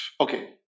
okay